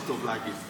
לא טוב להגיד,